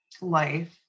life